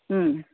ಹ್ಞೂ